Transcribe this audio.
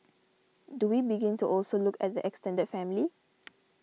do we begin to also look at the extended family